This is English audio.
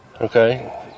Okay